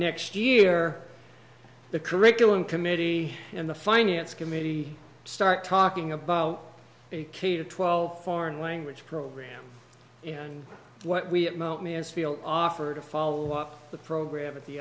next year the curriculum committee and the finance committee start talking about a k to twelve foreign language program and what we at mount me as field offer to follow up the program at the